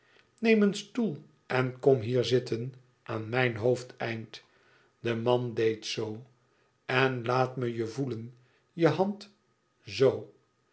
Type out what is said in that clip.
neem een stoel en kom hier zitten aan mijn hoofdeind de man deed zoo en laat me je voelen je hand zoo